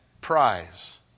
prize